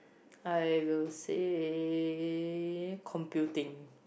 I will say computing